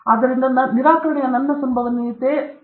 ಆದ್ದರಿಂದ ನಿರಾಕರಣೆಯ ನನ್ನ ಸಂಭವನೀಯತೆ 0